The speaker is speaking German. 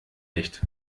nicht